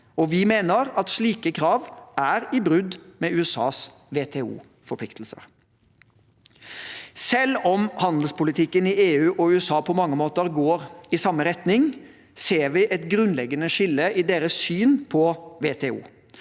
Vi mener slike krav er et brudd med USAs WTO-forpliktelser. Selv om handelspolitikken i EU og USA på mange måter går i samme retning, ser vi et grunnleggende skille i deres syn på WTO.